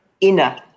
inner